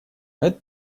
это